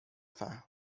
فهم